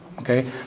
Okay